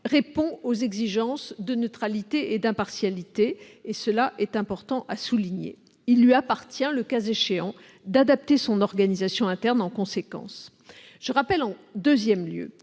répond aux exigences de neutralité et d'impartialité- il est important de le souligner. Il lui appartient, le cas échéant, d'adapter son organisation interne en conséquence. En deuxième lieu,